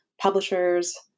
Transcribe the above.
publishers